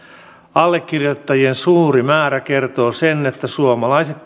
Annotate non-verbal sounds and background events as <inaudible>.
allekirjoittajien suuri määrä kertoo sen että suomalaiset <unintelligible>